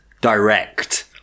direct